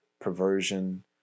perversion